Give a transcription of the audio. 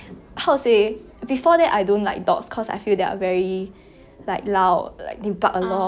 ya cause I 我自己也是比较喜欢猫的人 but after getting a dog it's like